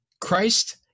Christ